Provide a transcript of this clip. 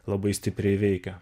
labai stipriai veikia